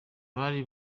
bari